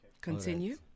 Continue